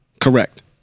Correct